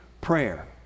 prayer